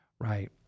right